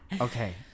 Okay